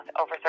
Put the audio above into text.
over